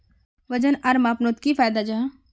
वजन आर मापनोत की फायदा जाहा?